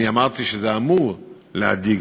אני אמרתי שזה אמור להדאיג